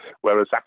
whereas